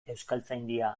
euskaltzaindian